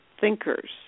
thinkers